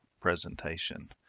presentation